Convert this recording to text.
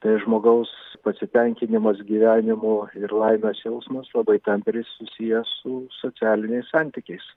tai žmogaus pasitenkinimas gyvenimu ir laimės jausmas labai tampriai susiję su socialiniais santykiais